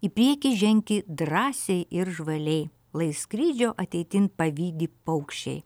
į priekį ženki drąsiai ir žvaliai lai skrydžio ateitin pavydi paukščiai